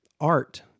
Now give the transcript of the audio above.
art